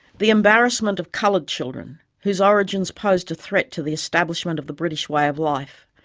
the embarrassment of coloured children, whose origins posed a threat to the establishment of the british way of life,